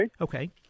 Okay